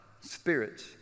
spirits